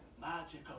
magical